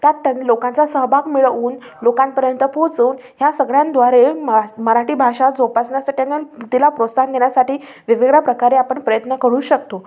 त्या त्या लोकांचा सहभाग मिळवून लोकांपर्यंत पोचवून ह्या सगळ्यांद्वारे मा मराठी भाषा जोपासण्यासाठी ना तिला प्रोत्साहन देण्यासाठी वेगवेगळ्या प्रकारे आपण प्रयत्न करू शकतो